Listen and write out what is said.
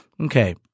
Okay